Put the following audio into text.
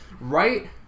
Right